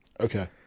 Okay